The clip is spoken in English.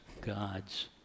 God's